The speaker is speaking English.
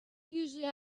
usually